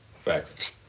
facts